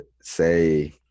say